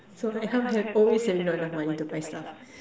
so I have always have not enough money to buy stuff